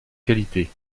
qualité